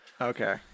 Okay